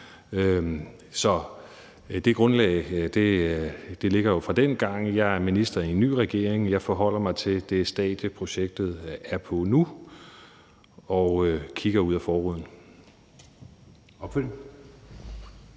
Så det grundlag ligger jo fra dengang. Jeg er jo minister i en ny regering, og jeg forholder mig til det stadie, projektet er på nu, og kigger ud ad forruden.